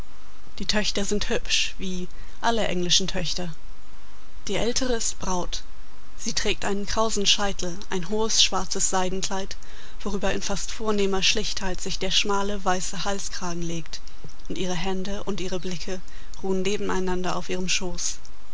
die töchter sind hübsch wie alle englischen töchter die ältere ist braut sie trägt einen krausen scheitel ein hohes schwarzes seidenkleid worüber in fast vornehmer schlichtheit sich der schmale weiße halskragen legt und ihre hände und ihre blicke ruhen nebeneinander auf ihrem schoß